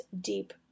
deep